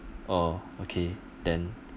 oh okay then